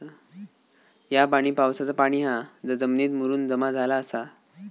ह्या पाणी पावसाचा पाणी हा जा जमिनीत मुरून जमा झाला आसा